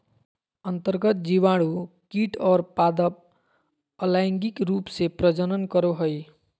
अन्तर्गत जीवाणु कीट और पादप अलैंगिक रूप से प्रजनन करो हइ